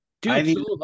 Dude